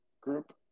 group